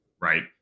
right